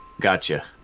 Gotcha